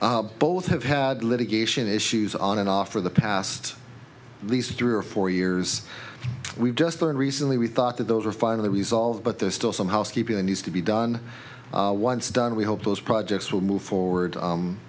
car both have had litigation issues on and off for the past at least three or four years we've just learned recently we thought that those are finally resolved but there's still some housekeeping needs to be done once done we hope those projects will move forward